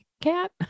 cat